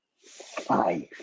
five